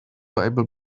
bible